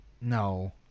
No